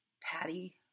Patty